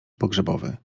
pogrzebowy